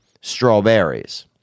strawberries